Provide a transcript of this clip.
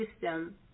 system